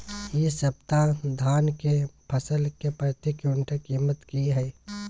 इ सप्ताह धान के फसल के प्रति क्विंटल कीमत की हय?